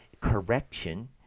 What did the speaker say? correction